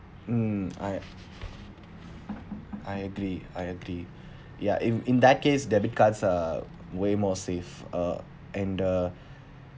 mm I I agree I agree ya in in that case debit cards are way more safe uh and the